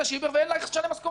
ואין לה איך לשלם משכורות עובדים.